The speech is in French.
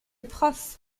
prof